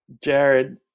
Jared